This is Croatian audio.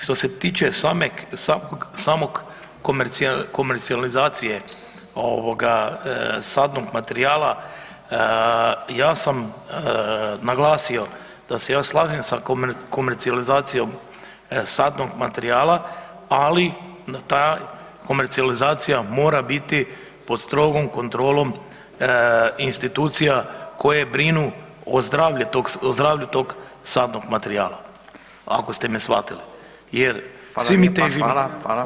Što se tiče samog komercionalizacije ovoga sadnog materijala ja sam naglasio da se ja slažem sa komercionalizacijom sadnog materijala, ali da ta komercionalizacija mora biti pod strogom kontrolom institucija koje brinu o zdravlju tog sadnog materijala ako ste me shvatili jer svi mi težimo